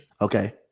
Okay